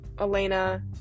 Elena